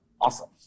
awesome